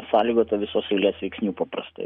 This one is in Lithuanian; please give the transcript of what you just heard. sąlygota visos eilės veiksnių paprastai